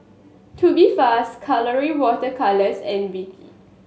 Tubifast Colora Water Colours and V